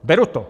Beru to.